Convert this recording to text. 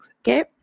okay